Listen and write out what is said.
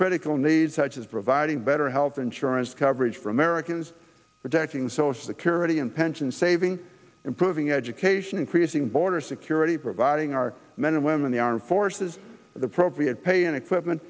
critical needs such as providing better health insurance coverage for americans protecting social security and pension saving improving education increasing border security providing our men and women the armed forces the propre of pay and equipment